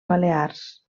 balears